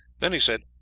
then he said,